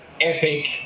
epic